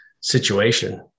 situation